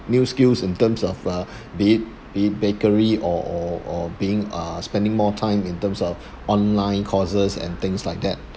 new skills in terms of uh be it be it bakery or or or being uh spending more time in terms of online courses and things like that